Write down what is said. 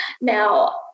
Now